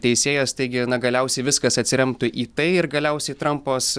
teisėjas taigi na galiausiai viskas atsiremtų į tai ir galiausiai trampas